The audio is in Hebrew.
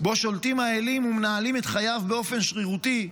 שבו שולטים האלים ומנהלים את חייו באופן שרירותי,